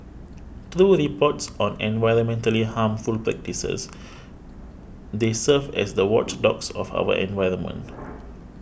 through reports on environmentally harmful practices they serve as the watchdogs of our environment